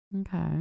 Okay